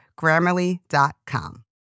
Grammarly.com